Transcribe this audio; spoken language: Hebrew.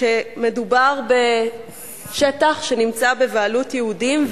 כשמדובר בשטח שנמצא בבעלות יהודים,